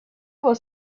was